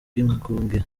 bwigunge